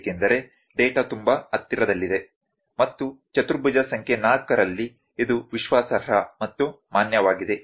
ಏಕೆಂದರೆ ಡೇಟಾ ತುಂಬಾ ಹತ್ತಿರದಲ್ಲಿದೆ ಮತ್ತು ಚತುರ್ಭುಜ ಸಂಖ್ಯೆ 4 ರಲ್ಲಿ ಇದು ವಿಶ್ವಾಸಾರ್ಹ ಮತ್ತು ಮಾನ್ಯವಾಗಿದೆ